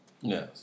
Yes